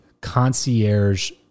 concierge